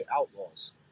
outlaws